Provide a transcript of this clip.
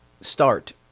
start